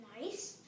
Nice